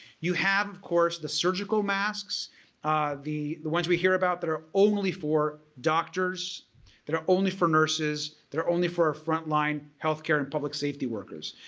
you have of course the surgical masks the the ones we hear about that are only for doctors that are only for nurses that are only for our frontline health care and public safety workers.